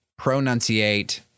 pronunciate